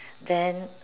then